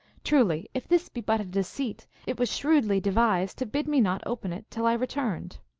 truly, if this be but a deceit it was shrewdly devised to bid me not open it till i returned.